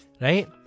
right